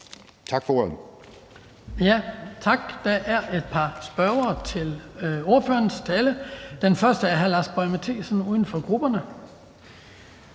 Skibby): Tak. Der er et par spørgere til ordførerens tale. Den første er hr. Lars Boje Mathiesen, uden for grupperne.